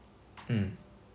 mm